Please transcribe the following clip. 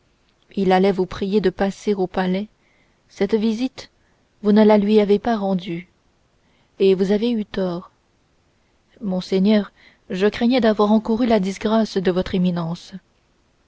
il allait vous prier de passer au palais cette visite vous ne la lui avez pas rendue et vous avez eu tort monseigneur je craignais d'avoir encouru la disgrâce de votre éminence